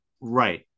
Right